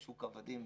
שוק עבדים,